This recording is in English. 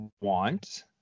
want